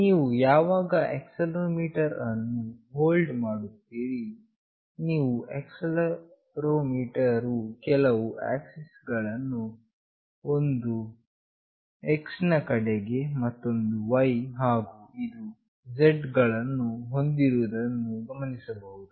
ನೀವು ಯಾವಾಗ ಆಕ್ಸೆಲೆರೋಮೀಟರ್ ಅನ್ನು ಹೋಲ್ಡ್ ಮಾಡುತ್ತೀರಿ ನೀವು ಆಕ್ಸೆಲೆರೋಮೀಟರ್ ವು ಕೆಲವು ಆಕ್ಸೆಸ್ ಗಳನ್ನು ಒಂದು X ನ ಕಡೆಗೆ ಮತ್ತೊಂದು Y ಹಾಗು ಇದು Z ಗಳನ್ನು ಹೊಂದಿರುವುದನ್ನು ಗಮನಿಸಬಹುದು